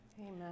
Amen